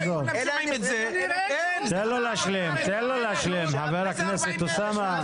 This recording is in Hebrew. -- תן לו להשלים, ח"כ אוסאמה.